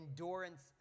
endurance